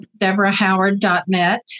DeborahHoward.net